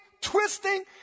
twisting